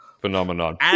phenomenon